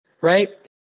Right